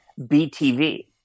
BTV